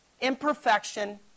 Imperfection